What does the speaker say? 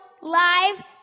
live